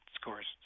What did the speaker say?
scores